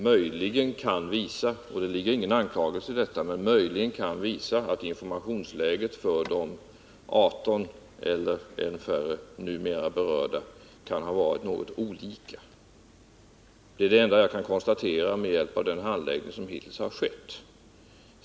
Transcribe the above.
Möjligen kan de visa — det ligger ingen anklagelse i det — att informationsläget för de 18 eller ännu färre berörda personerna kan ha varit något olika. Det är det enda som jag kan konstatera med hjälp av den handläggning som hittills har skett.